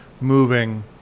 moving